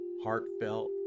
heartfelt